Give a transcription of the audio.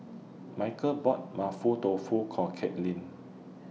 Michael bought Mapo Tofu For Katelynn